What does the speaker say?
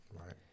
Right